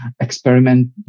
experiment